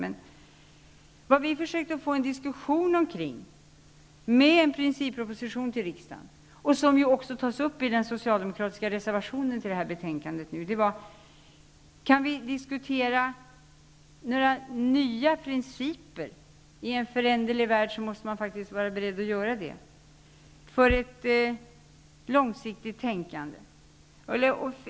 Men vad vi försökte få en diskussion omkring med en principproposition till riksdagen och också tar upp i den socialdemokratiska reservationen till det här betänkandet är: Kan vi diskutera några nya principer -- i en föränderlig värld måste man faktiskt vara beredd att göra det -- för ett långsiktigt tänkande?